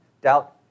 doubt